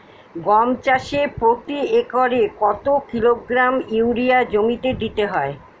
গম চাষে প্রতি একরে কত কিলোগ্রাম ইউরিয়া জমিতে দিতে হয়?